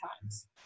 times